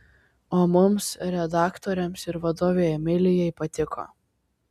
o mums redaktoriams ir vadovei emilijai patiko